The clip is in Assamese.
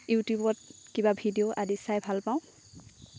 ইউটিউবত কিবা ভিডিঅ' আদি চাই ভাল পাওঁ